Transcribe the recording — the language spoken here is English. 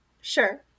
Sure